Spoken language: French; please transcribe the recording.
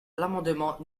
l’amendement